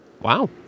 wow